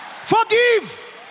Forgive